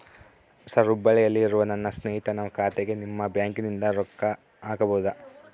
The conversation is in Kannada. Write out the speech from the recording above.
ಸರ್ ಹುಬ್ಬಳ್ಳಿಯಲ್ಲಿ ಇರುವ ನನ್ನ ಸ್ನೇಹಿತನ ಖಾತೆಗೆ ನಿಮ್ಮ ಬ್ಯಾಂಕಿನಿಂದ ರೊಕ್ಕ ಹಾಕಬಹುದಾ?